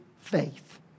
faith